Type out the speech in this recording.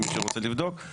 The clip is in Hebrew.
אם מישהו רוצה לבדוק.